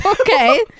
Okay